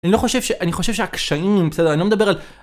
אני לא חושב ש... אני חושב שהקשיים... בסדר, אני לא מדבר על...